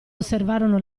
osservarono